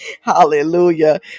Hallelujah